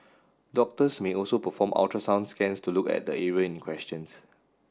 doctors may also perform ultrasound scans to look at the area in questions